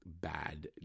bad